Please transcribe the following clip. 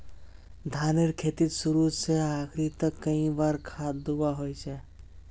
धानेर खेतीत शुरू से आखरी तक कई बार खाद दुबा होचए?